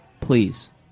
please